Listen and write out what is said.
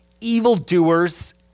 evildoers